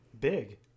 Big